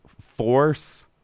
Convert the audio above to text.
Force